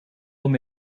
hem